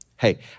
Hey